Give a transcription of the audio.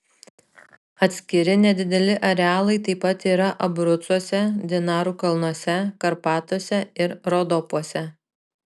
atskiri nedideli arealai taip pat yra abrucuose dinarų kalnuose karpatuose ir rodopuose